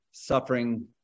suffering